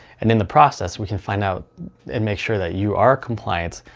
and in the process we can find out and make sure that you are compliant.